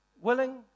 Willing